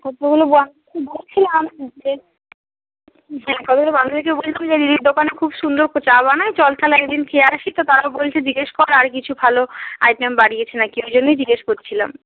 কতগুলো বন্ধু বলছিলাম যে হ্যাঁ কতগুলো বান্ধবীকে বলছি যে দিদির দোকানে খুব সুন্দর করে চা বানায় চল তাহলে একদিন খেয়ে আসি তো তারা বলছে জিজ্ঞেস কর আর কিছু ভালো আইটেম বাড়িয়েছে না কি ওই জন্যেই জিজ্ঞেস করছিলাম